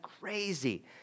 crazy